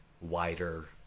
wider